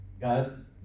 God